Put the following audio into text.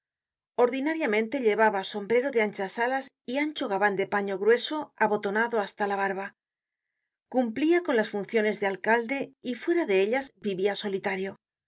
ordinariamente llevaba sombrero de anchas alas y ancho gaban de paño grueso abotonado hasta la barba cumplia con las funciones de alcalde y fuera de ellas vivia solitario